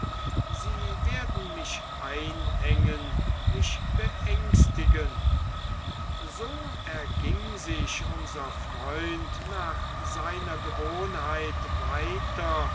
sie werden mich einengen mich beängstigen so erging sich unser freund nach seiner gewohnheit weiter